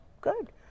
good